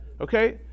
Okay